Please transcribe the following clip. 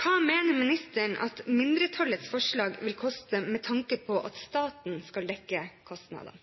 Hva mener ministeren at mindretallets forslag vil koste med tanke på at staten skal dekke kostnadene?